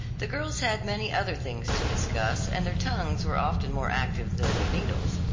the girls had many other things to discuss, and their tongues were often more active than their needles.